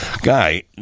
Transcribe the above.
guy